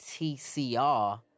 TCR